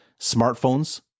smartphones